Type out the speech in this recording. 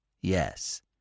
Yes